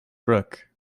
brook